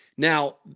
Now